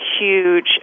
huge